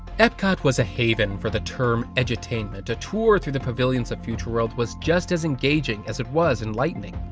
epcot was a haven for the term edutainment. a tour through the pavillions of future world was just as engaging as it was enlightening.